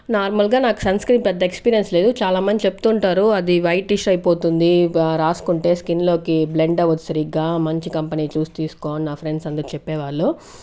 నార్మల్గా నాకు sunscreen పెద్ద ఎక్స్పీరియన్స్ లేదు చాలామంది చెప్తూ ఉంటారు అది వైటిష్ అయిపోతుంది రాసుకుంటే స్కిన్లోకి బ్లెండ్ అవ్వదు సరిగ్గా మంచి కంపెనీ చూసి తీసుకో అని నా ఫ్రెండ్స్ అందరు చెప్పేవాళ్ళు